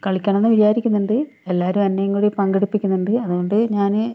കളിക്കണം എന്ന് വിചാരിക്കുന്നുണ്ട് എല്ലാവരും എന്നേയും കൂടി പങ്കെടുപ്പിക്കുന്നുണ്ട് അതുകൊണ്ട് ഞാൻ